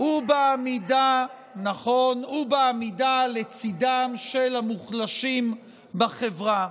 הוא בעמידה לצידם של המוחלשים בחברה.